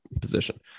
position